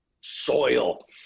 soil